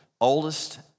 oldest